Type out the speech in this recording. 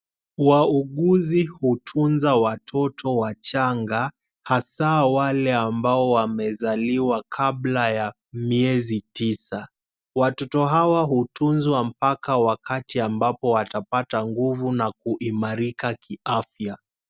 Wauguzi hutunza watoto wachanga, hasa wale ambao wamezaliwa kabla ya miezi tisa. Watoto hawa hutunzwa mpaka wakati ambapo watapata nguvu na kuimarika kiafya.